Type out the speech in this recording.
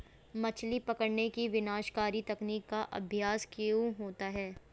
मछली पकड़ने की विनाशकारी तकनीक का अभ्यास क्यों होता है?